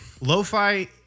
lo-fi